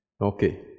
Okay